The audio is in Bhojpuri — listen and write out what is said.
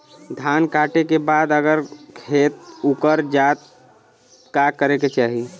धान कांटेके बाद अगर खेत उकर जात का करे के चाही?